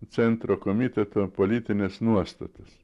centro komiteto politinės nuostatos